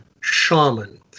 shaman